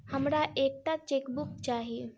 हमरा एक टा चेकबुक चाहि